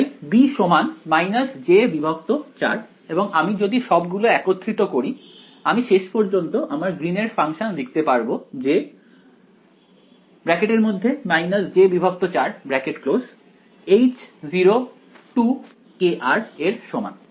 তাই b j4 এবং আমি যদি সব গুলো একত্রিত করি আমি শেষ পর্যন্ত আমার গ্রীন এর ফাংশন লিখতে পারবো যে j4H0 এর সমান